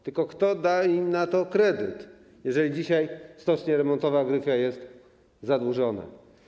Tylko kto da im na to kredyt, jeżeli dzisiaj stocznia remontowa Gryfia jest zadłużona?